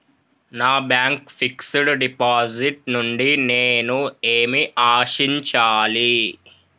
నా bank fixed deposit నుండి నేను ఏమి ఆశించాలి?